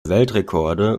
weltrekorde